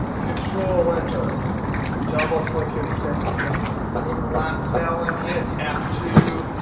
control-enter, double click, and send it down. go to the last cell and hit f two.